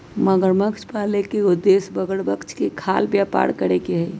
मगरमच्छ पाले के उद्देश्य मगरमच्छ के खाल के व्यापार करे के हई